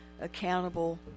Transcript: accountable